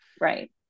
Right